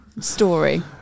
story